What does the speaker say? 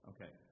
Okay